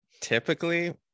typically